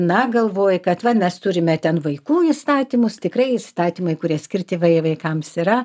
na galvoju kad va nes turime ten vaikų įstatymus tikrai įstatymai kurie skirti vai vaikams yra